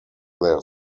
their